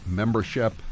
membership